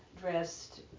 dressed